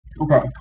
Okay